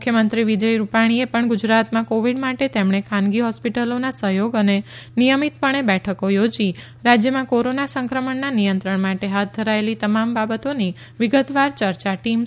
મુખ્યમંત્રી શ્રી વિજયભાઈ રૂપાણીએ પણ ગુજરાતમાં કોવિડ માટે તેમણે ખાનગી હોસ્પિટલોના સહયોગ અને નિયમિતપણે બેઠકો યોજીને રાજ્યમાં કોરોના સંક્રમણના નિયંત્રણ માટે હાથ ધરાયેલી તમામ બાબતોની વિગતવાર ચર્ચા ટીમ સાથે કરી હતી